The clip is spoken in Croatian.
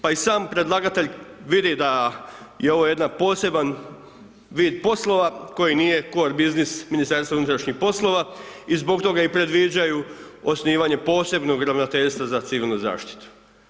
Pa i sam predlagatelj vidi da je ovo jedan poseban vid poslova koji nije korbiznis MUP-a i zbog toga i predviđaju osnivanje posebnog ravnateljstva za civilnu zaštitu.